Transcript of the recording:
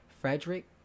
Frederick